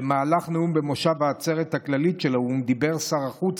במהלך נאום במושב העצרת הכללית של האו"ם דיבר שר החוץ